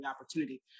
opportunity